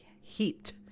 heat